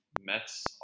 Mets